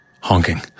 Honking